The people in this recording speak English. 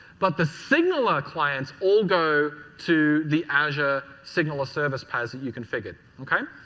but the signaler clients all go to the azure signaler service paths that you configured, okay?